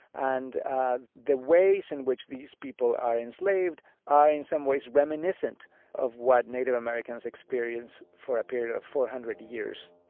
and the ways in which these people are enslaved are in some ways reminiscent of what native americans experienced for a period of four hundred years